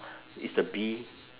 is the bee